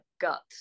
gut